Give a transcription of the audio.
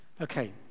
Okay